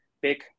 big